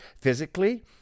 physically